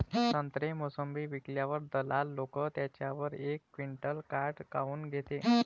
संत्रे, मोसंबी विकल्यावर दलाल लोकं त्याच्यावर एक क्विंटल काट काऊन घेते?